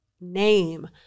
name